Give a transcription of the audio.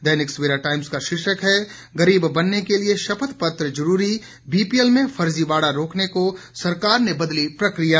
दैनिक Savera times का शीर्षक है गरीब बनने के लिए शपथपत्र जरूरी बीपीएल में फर्जीवाड़ा रोकने को सरकार ने बदली प्रक्रिया